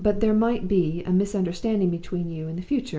but there might be a misunderstanding between you in the future,